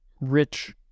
rich